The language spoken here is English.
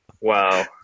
Wow